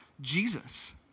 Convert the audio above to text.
Jesus